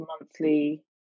monthly